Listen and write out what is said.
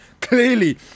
Clearly